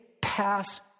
pass